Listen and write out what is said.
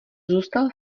zůstal